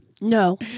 no